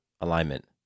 alignment